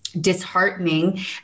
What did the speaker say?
disheartening